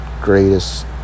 greatest